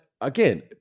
again